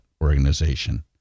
organization